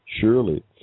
Surely